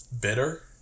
bitter